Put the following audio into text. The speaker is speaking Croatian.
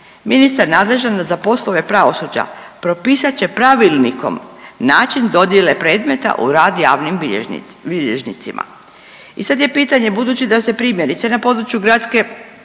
Ministar nadležan za poslove pravosuđa propisat će pravilnikom način dodjele predmeta u rad javnim bilježnicima. I sad je pitanje budući da se primjerice na području gradske